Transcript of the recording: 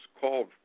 called